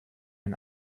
and